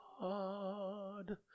God